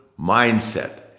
mindset